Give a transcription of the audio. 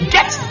Get